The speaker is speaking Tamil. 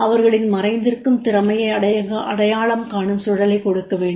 அவர்களின் மறைந்திருக்கும் திறமையை அடையாளம் காணும் சூழலைக் கொடுக்க வேண்டும்